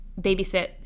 babysit